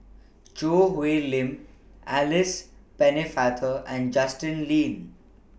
Choo Hwee Lim Alice Pennefather and Justin Lean